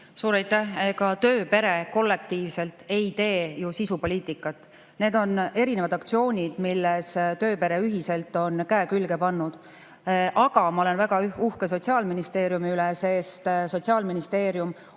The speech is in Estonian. Suur aitäh! Ega tööpere kollektiivselt ei tee ju sisupoliitikat. Need on erinevad aktsioonid, milles tööpere ühiselt on käe külge pannud. Aga ma olen väga uhke Sotsiaalministeeriumi üle, sest Sotsiaalministeerium on